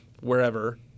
wherever